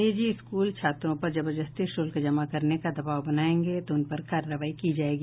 निजी स्कूल छात्रों पर जबरदस्ती शुल्क जमा करने का दबाव बनायेंगे तो उन पर कार्रवाई की जायेगी